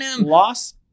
LOSS